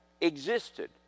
existed